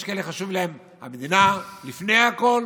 יש כאלה שחשובה להם המדינה לפני הכול,